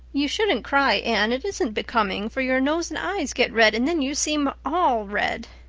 you shouldn't cry, anne it isn't becoming, for your nose and eyes get red, and then you seem all red.